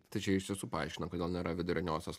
tai čia iš tiesų paaiškina kodėl nėra viduriniosios